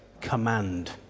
Command